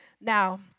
Now